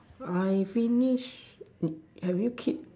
I finish have you keep